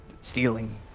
Stealing